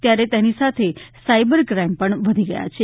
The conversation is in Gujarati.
ત્યારે તેની સાથે સાયબર ક્રાઇમ પણ વધી ગયા છે